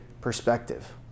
perspective